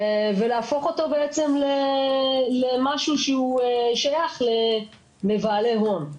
ולהפוך אותו בעצם למשהו שהוא שייך לבעלי הון.